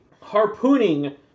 harpooning